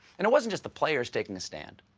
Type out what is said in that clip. and it wasn't just the players taking a stand.